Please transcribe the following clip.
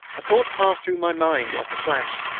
a thought passed through my mind like a flash